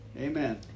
Amen